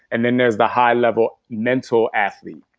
and then there's the high level mental athlete,